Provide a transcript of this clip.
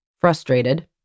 frustrated